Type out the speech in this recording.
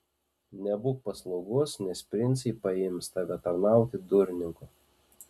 nebūk paslaugus nes princai paims tave tarnauti durininku